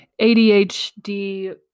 ADHD